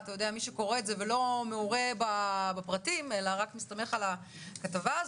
את מי שקורא ולא מעורה בפרטים ורק מסתמך על הכתבה.